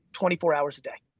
twenty four hours a day.